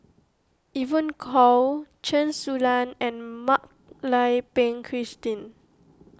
Evon Kow Chen Su Lan and Mak Lai Peng Christine